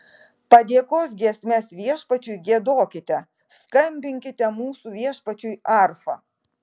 padėkos giesmes viešpačiui giedokite skambinkite mūsų viešpačiui arfa